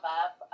up